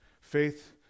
faith